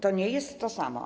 To nie jest to samo.